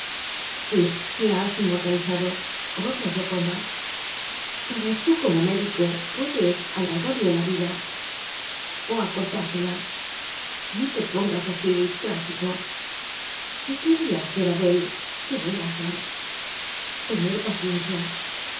la has inmortalizado otra joconda pero tú como médico puedes alargarle la vida o acortársela no te pongas así trágico y qué voy a hacer abel que voy a hacer k tener paciencia